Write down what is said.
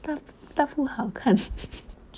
大大不好看